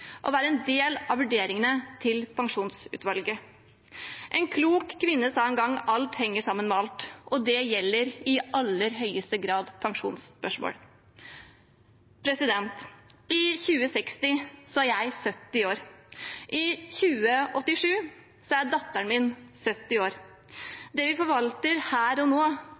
være en del av vurderingene til pensjonsutvalget. En klok kvinne sa en gang at alt henger sammen med alt, og det gjelder i aller høyeste grad pensjonsspørsmål. I 2060 er jeg 70 år, og i 2087 er datteren min 70 år. Det vi forvalter her og nå,